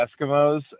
Eskimos